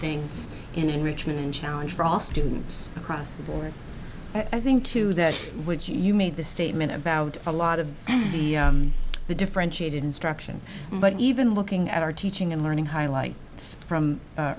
things in enrichment and challenge for all students across the board i think to that which you made the statement about a lot of the the differentiated instruction but even looking at our teaching and learning highlight